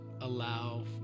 allow